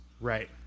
Right